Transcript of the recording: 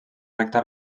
recta